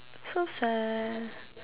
so sad